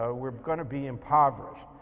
ah we're gonna be impoverished,